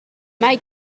mae